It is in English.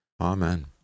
Amen